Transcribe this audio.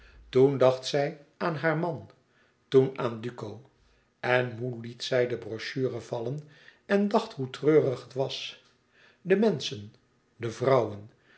toen dacht zij aan haar man toen aan duco en moê liet zij de brochure vallen en dacht hoe treurig het was de menschen de vrouwen